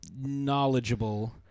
knowledgeable